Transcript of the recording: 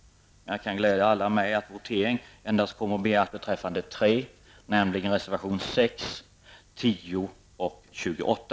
Jag kan glädja alla med att votering kommer att begäras endast beträffande reservationerna 6, 10 och 28.